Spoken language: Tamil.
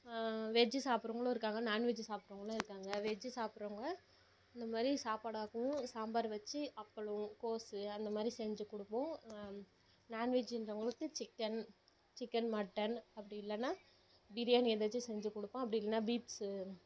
வெஜ்ஜி சாப்பிடறவங்களும் இருக்காங்க நாண்வெஜ்ஜி சாப்பிடறவங்களும் இருக்காங்க வெஜ்ஜி சாப்பிறவங்க இந்த மாதிரி சாப்பாடு ஆக்கவும் சாம்பார் வச்சி அப்பளம் கோஸு அந்த மாதிரி செஞ்சு கொடுப்போம் நாண் வெஜ்ஜின்றவங்களுக்கு சிக்கன் சிக்கன் மட்டன் அப்படி இல்லைன்னா பிரியாணி ஏதாச்சும் செஞ்சு கொடுப்பேன் அப்படி இல்லைன்னா பீப்ஸு